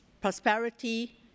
prosperity